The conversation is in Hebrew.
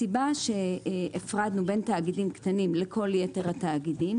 הסיבה שהפרדנו בין תאגידים קטנים ליתר התאגידים